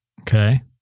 Okay